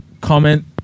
comment